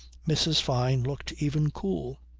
mrs. fyne looked even cool.